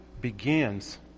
begins